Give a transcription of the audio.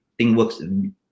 Thingworks